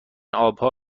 آبها